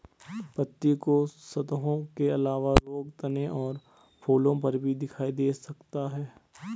पत्ती की सतहों के अलावा रोग तने और फूलों पर भी दिखाई दे सकता है